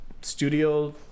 studio